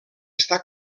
està